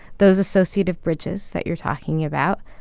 those associative bridges that you're talking about,